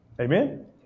Amen